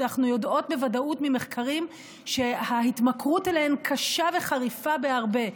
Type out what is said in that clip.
אנחנו יודעות בוודאות ממחקרים שההתמכרות אליהן קשה וחריפה בהרבה,